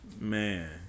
Man